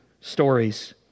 stories